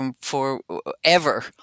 forever